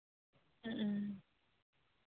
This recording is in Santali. ᱦᱮᱸ